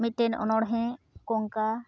ᱢᱤᱫ ᱴᱮᱱ ᱚᱱᱚᱲᱦᱮ ᱠᱚᱝᱠᱟ